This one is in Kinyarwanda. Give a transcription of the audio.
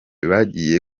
bagiye